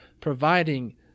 providing